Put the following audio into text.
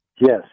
Yes